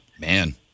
man